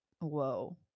whoa